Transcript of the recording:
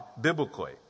biblically